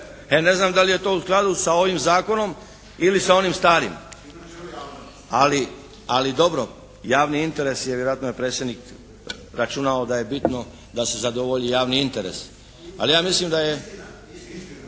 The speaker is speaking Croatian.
ne znam da li je to u skladu sa ovim zakonom ili sa onim starim? Ali dobro javni interes je, vjerojatno je predsjednik računao da je bitno da se zadovolji javni interes. Ali ja mislim da je… … /Upadica: Istina./